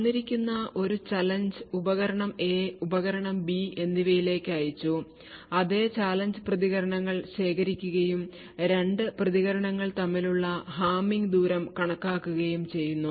തന്നിരിക്കുന്ന ഒരു ചാലഞ്ച് ഉപകരണം എ ഉപകരണം ബി എന്നിവയിലേക്ക് അയച്ചു അതേ ചാലഞ്ച് പ്രതികരണങ്ങൾ ശേഖരിക്കുകയും 2 പ്രതികരണങ്ങൾ തമ്മിലുള്ള ഹാമിങ് ദൂരം കണക്കാക്കുകയും ചെയ്യുന്നു